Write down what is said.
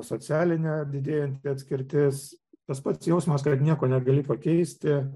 socialinė didėjanti atskirtis tas pats jausmas kad nieko negali pakeisti